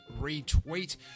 retweet